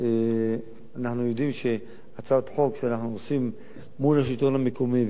אנחנו יודעים שהצעת החוק שאנחנו עושים מול השלטון המקומי,